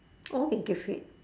all can keep fit